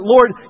Lord